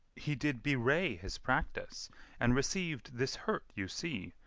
he did bewray his practice and receiv'd this hurt you see,